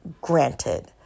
granted